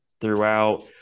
throughout